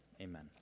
amen